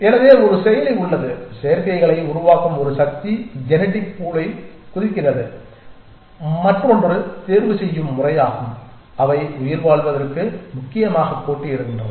எனவே ஒரு செயலி உள்ளது சேர்க்கைகளை உருவாக்கும் ஒரு சக்தி ஜெனடிக் பூலைக் குதிக்கிறது மற்றொன்று தேர்வு செய்யும் செயல்முறையாகும் அவை உயிர்வாழ்வதற்கு முக்கியமாக போட்டியிடுகின்றன